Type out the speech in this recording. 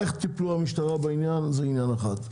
איך טיפלה המשטרה בעניין זה עניין אחד.